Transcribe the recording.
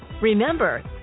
Remember